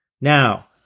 Now